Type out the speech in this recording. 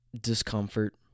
discomfort